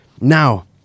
Now